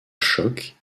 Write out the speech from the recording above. choc